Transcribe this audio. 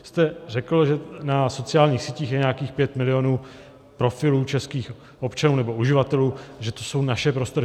Vy jste řekl, že na sociálních sítích je nějakých pět milionů profilů českých občanů, nebo uživatelů, že to jsou naše prostory.